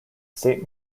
saint